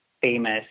famous